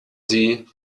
sie